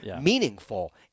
meaningful